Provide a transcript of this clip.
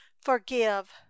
forgive